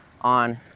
on